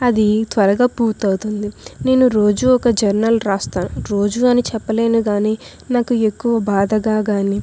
అది త్వరగా పూర్తవుతుంది నేను రోజూ ఒక జర్నల్ రాస్తాను రోజూ అని చెప్పలేను కానీ నాకు ఎక్కువ బాధగా కానీ